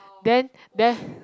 then then